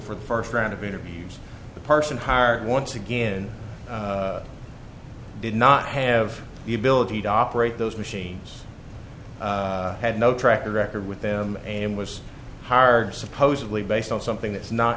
for the first round of interviews the person heart once again did not have the ability to operate those machines had no track record with them and was hard supposedly based on something that's not